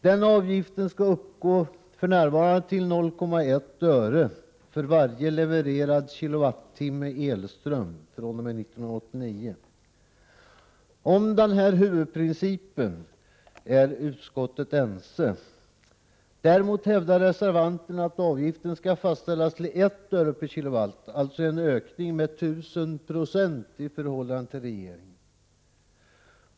Den avgiften skall uppgå till för närvarande 0,1 öre för varje levererad kilowattimme elström fr.o.m. 1989. Om huvudprincipen är utskottets ledamöter ense. Däremot hävdar reservanterna att avgiften skall fastställas till I öre/kWh, alltså en ökning med 1 000 96 i förhållande till regeringens förslag.